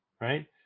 right